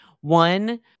One